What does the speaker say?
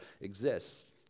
exists